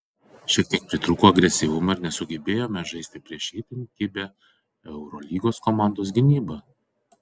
šiek tiek pritrūko agresyvumo ir nesugebėjome žaisti prieš itin kibią eurolygos komandos gynybą